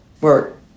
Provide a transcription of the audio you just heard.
work